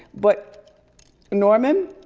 but norman,